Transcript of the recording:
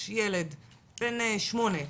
יש ילד בן 8,